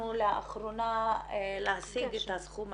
כדי להאכיל ילד דרך צינור נדרש חיבור קבוע לחשמל.